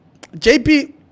JP